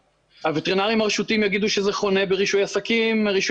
הוטרינריים הרשותיים יגידו שזה חונה ברישוי עסקים,